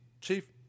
Chief